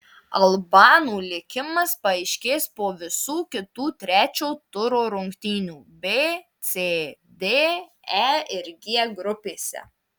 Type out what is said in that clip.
albanų likimas paaiškės po visų kitų trečio turo rungtynių b c d e ir g grupėse